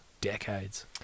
decades